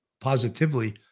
positively